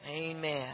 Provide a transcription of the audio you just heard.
Amen